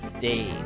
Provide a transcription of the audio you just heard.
Dave